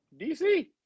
DC